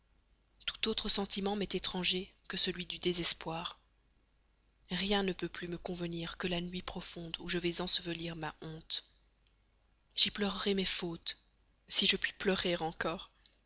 tout autre sentiment m'est étranger que celui du désespoir rien ne peut plus me convenir que la nuit profonde où je vais ensevelir ma honte j'y pleurerai mes fautes si je puis pleurer encore